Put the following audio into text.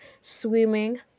swimming